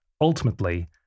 Ultimately